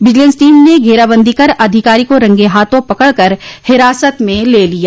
vigilance team ने घेराबंदी कर अधिकारी को रंगे हाथों पकड़ कर हिरासत में ले लिया